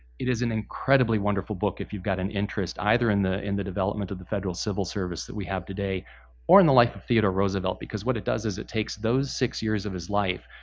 it is an incredibly wonderful book if you've got an interest either in the in the development of the federal civil service we have today or in the life of theodore roosevelt. because what it does is it takes those six years of his life,